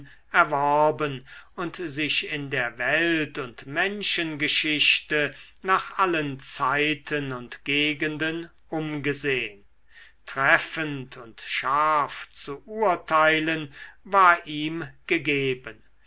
erworben und sich in der welt und menschengeschichte nach allen zeiten und gegenden umgesehn treffend und scharf zu urteilen war ihm gegeben